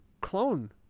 clone